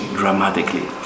dramatically